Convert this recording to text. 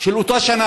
של אותה השנה.